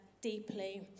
deeply